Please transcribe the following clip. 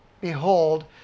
behold